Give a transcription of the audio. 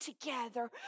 together